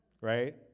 right